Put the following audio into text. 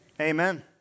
Amen